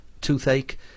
toothache